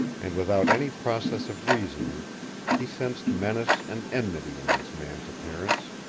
and without any process of reasoning he sensed menace and enmity in this man's appearance,